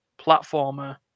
platformer